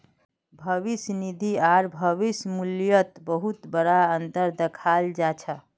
भविष्य निधि आर भविष्य मूल्यत बहुत बडा अनतर दखाल जा छ